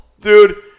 Dude